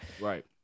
Right